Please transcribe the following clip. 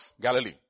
Galilee